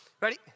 ready